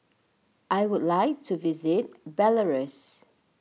I would like to visit Belarus